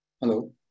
Hello